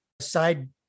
side